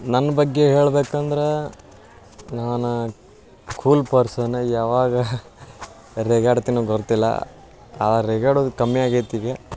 ನನ್ನ ಬಗ್ಗೆ ಹೇಳ್ಬೇಕಂದ್ರೆ ನಾನು ಕೂಲ್ ಪರ್ಸನ್ ಯಾವಾಗ ರೇಗಾಡ್ತೀನೋ ಗೊತ್ತಿಲ್ಲ ಆ ರೇಗಾಡುದು ಕಮ್ಮಿ ಆಗೈತೆ ಈಗ